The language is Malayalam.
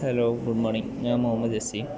ഹലോ ഗുഡ് മോർണിംഗ് ഞാൻ മുഹമ്മദ് യസീം